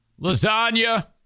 lasagna